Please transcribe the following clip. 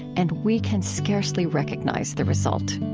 and we can scarcely recognize the result.